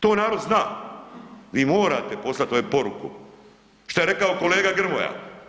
To narod zna, vi morate poslati ove poruku, što je rekao kolega Grmoja.